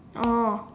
oh